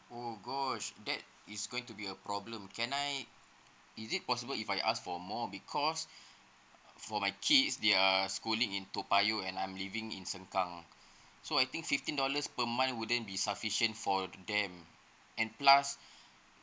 oh gosh that is going to be a problem can I is it possible if I ask for more because for my kids they're schooling in toa payoh and I'm living in sengkang so I think fifteen dollars per month wouldn't be sufficient for them and plus